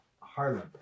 Harlem